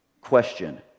question